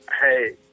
Hey